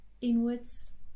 inwards